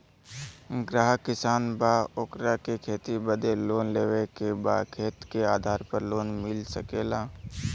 ग्राहक किसान बा ओकरा के खेती बदे लोन लेवे के बा खेत के आधार पर लोन मिल सके ला?